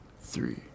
three